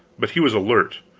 but he was alert,